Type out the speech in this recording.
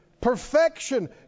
Perfection